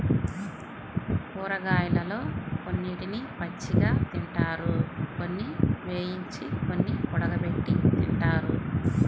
కూరగాయలలో కొన్నిటిని పచ్చిగా తింటారు, కొన్ని వేయించి, కొన్ని ఉడకబెట్టి తింటారు